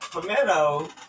pimento